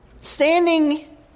standing